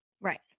right